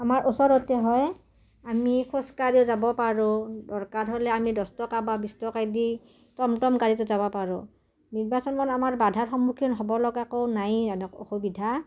আমাৰ ওচৰতে হয় আমি খোজ কাঢ়িও যাব পাৰোঁ দৰকাৰ হ'লে আমি দহ টকা বা বিছ টকা দি টম টম গাড়ীটোত যাব পাৰোঁ নিৰ্বাচন মান আমাৰ বাধাৰ সন্মুখীন হ'ব লগা একো নাই অসুবিধা